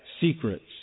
secrets